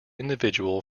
individual